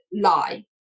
lie